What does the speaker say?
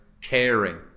caring